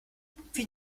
wie